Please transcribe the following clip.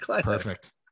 Perfect